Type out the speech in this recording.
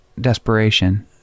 desperation